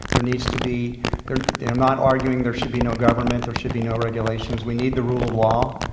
there needs to be they're they're not arguing, there should be no government, there should be no regulations. we need the rule of law.